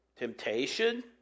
temptation